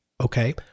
okay